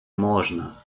можна